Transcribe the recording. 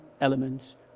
elements